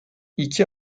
i̇ki